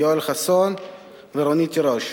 יואל חסון ורונית תירוש.